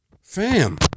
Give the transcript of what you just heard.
Fam